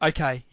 Okay